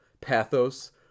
pathos